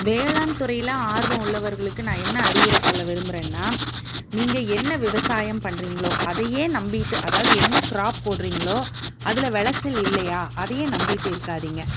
வேளாண் துறையில் ஆர்வம் உள்ளவர்களுக்கு நான் என்ன அறிவுரை சொல்ல விரும்புகிறேன்னா நீங்கள் என்ன விவசாயம் பண்ணுறிங்களோ அதையே நம்பியிட்டு அதாவது என்ன கிராப் போட்டிறிங்களோ அதில் விளச்சல் இல்லையா அதையே நம்பியிட்டு இருக்காதீங்கள்